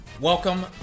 Welcome